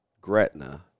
Gretna